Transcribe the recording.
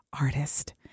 artist